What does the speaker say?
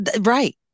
Right